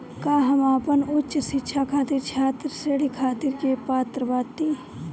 का हम अपन उच्च शिक्षा खातिर छात्र ऋण खातिर के पात्र बानी?